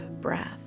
breath